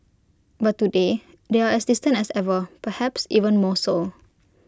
but today they are as distant as ever perhaps even more so